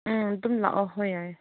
ꯎꯝ ꯑꯗꯨꯝ ꯂꯥꯛꯑꯣ ꯍꯣꯏ ꯌꯥꯏꯌꯦ